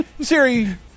Siri